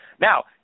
Now